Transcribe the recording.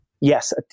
yes